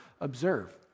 observe